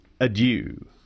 adieu